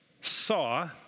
saw